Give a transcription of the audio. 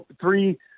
three